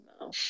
No